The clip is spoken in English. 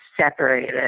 separated